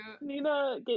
Nina